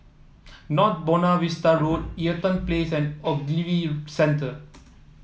North Buona Vista Road Eaton Place and Ogilvy Centre